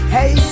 Hey